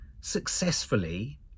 successfully